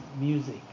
music